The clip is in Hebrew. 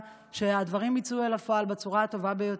שהדברים יצאו לפועל בצורה הטובה ביותר,